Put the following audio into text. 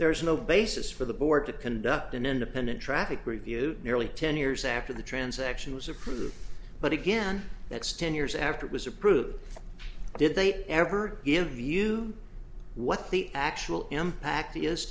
there is no basis for the board to conduct an independent traffic review nearly ten years after the transaction was approved but again that's ten years after it was approved did they ever give you what the actual impact is